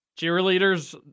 Cheerleaders